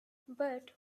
but